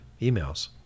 emails